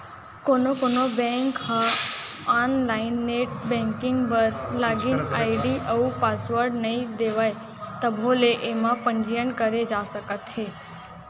कोनो कोनो बेंक ह आनलाइन नेट बेंकिंग बर लागिन आईडी अउ पासवर्ड नइ देवय तभो ले एमा पंजीयन करे जा सकत हे